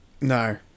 No